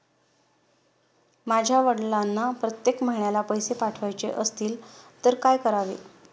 माझ्या वडिलांना प्रत्येक महिन्याला पैसे पाठवायचे असतील तर काय करावे?